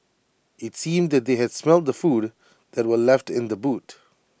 IT seemed that they had smelt the food that were left in the boot